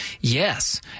Yes